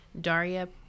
Daria